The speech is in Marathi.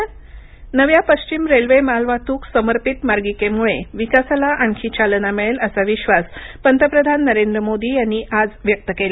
पंतप्रधान नव्या पश्चिम रेल्वे मालवाहतूक समर्पित मार्गिकेमुळे विकासाला आणखी चालना मिळेल असा विश्वास पंतप्रधान नरेंद्र मोदी यांनी आज व्यक्त केला